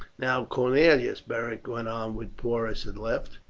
now, cornelius, beric went on when porus had left,